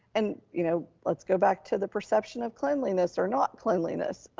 and you know, let's go back to the perception of cleanliness or not cleanliness.